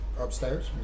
upstairs